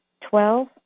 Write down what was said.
twelve